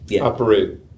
operate